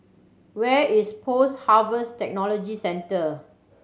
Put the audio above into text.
where is Post Harvest Technology Centre